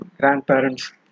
grandparents